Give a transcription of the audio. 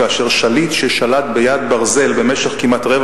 כאשר שליט ששלט ביד ברזל במשך כמעט רבע